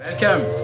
welcome